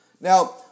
Now